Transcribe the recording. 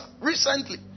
recently